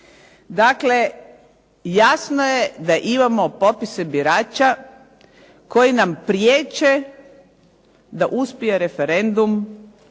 Dakle, jasno je da imamo popise birača koji nam priječe da uspije referendum